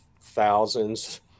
thousands